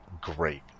great